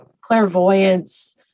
clairvoyance